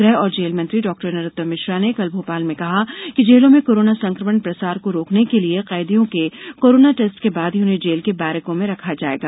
गृह और जेल मंत्री डॉक्टर नरोत्तम मिश्रा ने कल भोपाल में कहा कि जेलों में कोरोना संकमण प्रसार को रोकने के लिए कैदियों के कोरोना टेस्ट के बाद ही उन्हें जेल की बैरिकों में रखा जायेगा